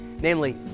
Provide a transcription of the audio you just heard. Namely